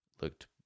looked